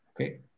okay